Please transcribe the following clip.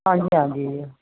ਹਾਂਜੀ ਹਾਂਜੀ ਜੀ